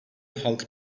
halk